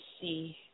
see